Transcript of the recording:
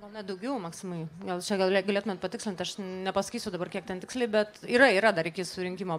gal net daugiau maksimai gal čia galė galėtumėt patikslinti aš nepasakysiu dabar kiek ten tiksliai bet yra yra dar iki surinkimo